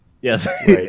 Yes